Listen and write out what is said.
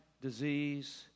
disease